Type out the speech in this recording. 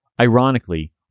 Ironically